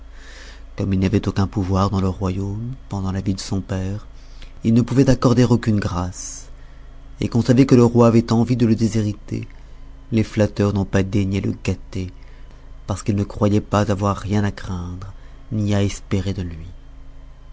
comme il n'avait aucun pouvoir dans le royaume pendant la vie de son père qu'il ne pouvait accorder aucune grâce et qu'on savait que le roi avait envie de le déshériter les flatteurs n'ont pas daigné le gâter parce qu'ils ne croyaient pas avoir rien à craindre ni à espérer de lui